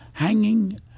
hanging